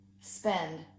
spend